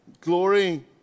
glory